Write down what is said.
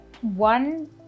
one